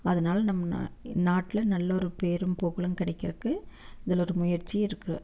அதனாலே நம்ம நா நாட்டில் நல்ல ஒரு பேரும் புகழும் கிடைக்கறக்கு இதில் ஒரு முயற்சி இருக்குது